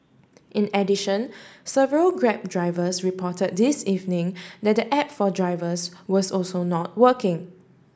in addition several Grab drivers report this evening that the app for drivers was also not working